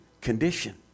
condition